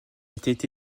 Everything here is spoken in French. étaient